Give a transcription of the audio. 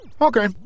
Okay